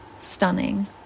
stunning